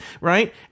right